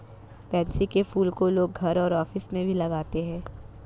pansy के फूल को लोग घर और ऑफिस में भी लगाते है